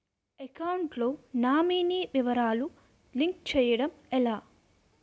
Account లో nominee వివరాలు link చేయటం ఎలా?